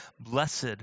Blessed